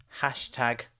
hashtag